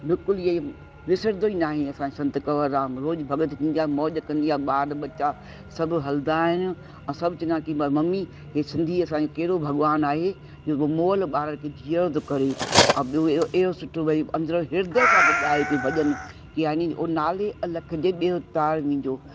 बिल्कुलु इहा विसरंदो ई नाहे असांखे संत कंवर राम रोज़ु भॻत थींदी आहे मौज कंदी आहे ॿार बच्चा सभु हलंदा आहिनि और सभु चवंदा आहिनि कि मम्मी ही सिंधी असांजो कहिड़ो भॻवान आहे जेको मुअल ॿार खे जीअरो थो करे और ॿियो ए हेॾो सुठो भई अदंरो ह्रदय सां थो पियो ॻाए भॼन ज्ञानी जो नाले अलख जे बेरो तार मुंहिंजो